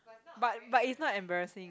but but is not embarrassing